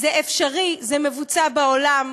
זה אפשרי, זה נעשה בעולם.